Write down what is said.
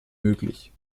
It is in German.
möglich